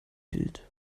bild